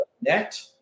net